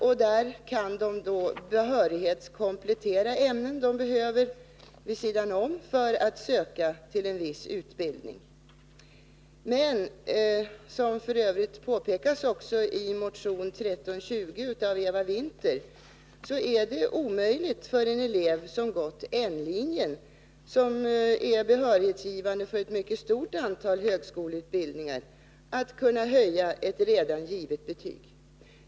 Sedan kan de behörighetskomplettera de ytterligare ämnen som de behöver för att söka till en viss utbildning. Men det är, som f. ö. påpekas i motion 1320 av Eva Winther, omöjligt för en elev som gått N-linjen, vilken är behörighetsgivande för ett mycket stort antal högskoleutbildningar, att höja ett redan erhållet betyg.